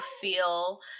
feel